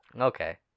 Okay